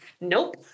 Nope